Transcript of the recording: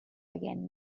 again